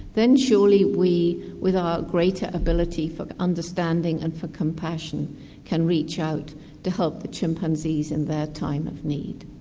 then surely we with our greater ability for understanding and for compassion can reach out to help the chimpanzees in their time of need.